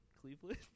Cleveland